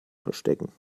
verstecken